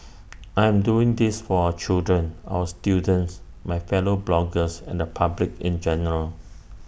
I am doing this for our children our students my fellow bloggers and the public in general